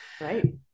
Right